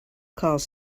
calls